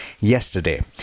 yesterday